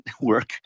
work